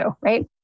right